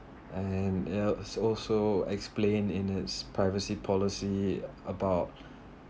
and it was also explained in the privacy policy about